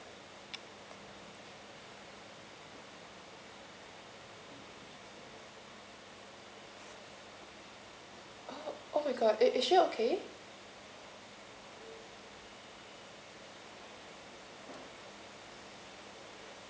orh oh my god. Is she okay